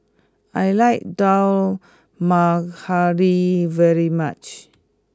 I like Dal Makhani very much